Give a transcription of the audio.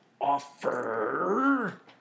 offer